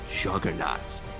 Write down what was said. juggernauts